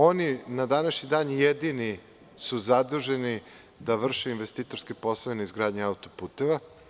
Oni su na današnji dan jedini zaduženi da vrše investitorske poslove na izgradnji auto-puteva.